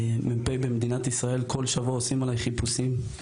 מ"פ במדינת ישראל, וכל שבוע עושים עליי חיפושים.